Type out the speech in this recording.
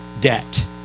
debt